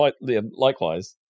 likewise